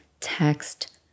text